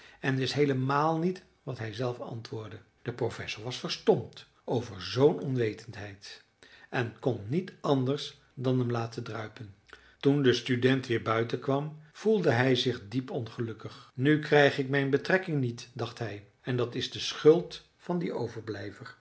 en wist heelemaal niet wat hij zelf antwoordde de professor was verstomd over zoo'n onwetendheid en kon niet anders dan hem laten druipen toen de student weer buiten kwam voelde hij zich diep ongelukkig nu krijg ik mijn betrekking niet dacht hij en dat is de schuld van dien overblijver